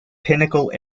pinnacle